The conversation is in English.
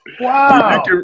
Wow